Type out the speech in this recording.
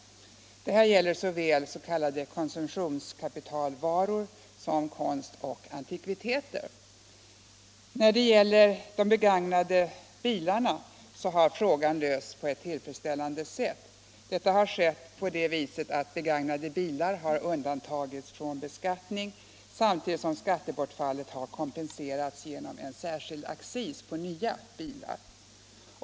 Detta gäller såväl s.k. konsumtionskapitalvaror som konst och antikviteter. När det gäller de begagnade bilarna har frågan lösts på ett tillfredsställande sätt, nämligen så att begagnade bilar undantagits från beskattning samtidigt som skattebortfallet har kompenserats genom särskild accis på nya bilar.